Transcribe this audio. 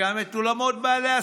הממשלה המנופחת בתולדות המדינה,